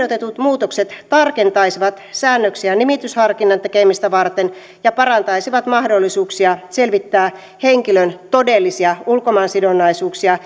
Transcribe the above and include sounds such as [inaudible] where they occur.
muutokset tarkentaisivat säännöksiä nimitysharkinnan tekemistä varten ja parantaisivat mahdollisuuksia selvittää henkilön todellisia ulkomaansidonnaisuuksia [unintelligible]